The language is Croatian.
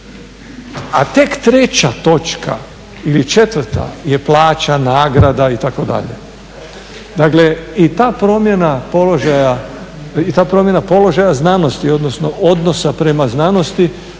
A tek treća točka ili četvrta je plaća, nagrada itd. Dakle, i ta promjena položaja znanosti, odnosno odnosa prema znanosti